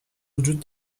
وجود